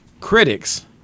Critics